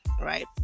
right